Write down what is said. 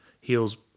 heals